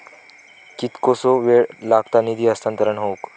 कितकोसो वेळ लागत निधी हस्तांतरण हौक?